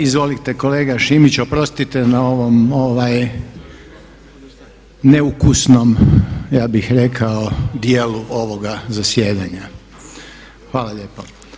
Izvolite kolega Šimić, oprostite na ovom neukusnom ja bih rekao dijelu ovoga zasjedanja [[Upadica: Odustao je.]] Hvala lijepo.